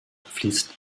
fließt